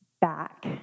back